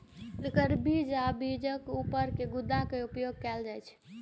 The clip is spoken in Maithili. एकर बीज आ बीजक ऊपर के गुद्दा के उपयोग कैल जाइ छै